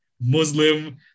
Muslim